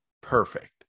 perfect